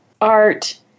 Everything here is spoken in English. art